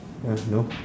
ya you know